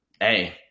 Hey